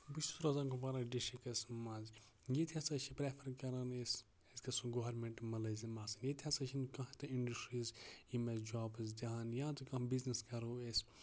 بہٕ چھُس روزان کۄپوارا ڈِسٹرکَس منٛز ییٚتہِ ہسا چھِ پرٮ۪فر کران أسۍ أسۍ گٔژھو گورمینَٹ مُلازِم آسٕنۍ ییٚتہِ ہسا چھُ نہٕ کانٛہہ تہِ اِنڈسٹریٖز یِم اَسہِ جابٕس دِہن یا تہِ کانٛہہ بِزنٮ۪س کرو أسۍ